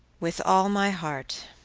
with all my heart,